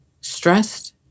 stressed